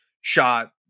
shot